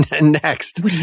next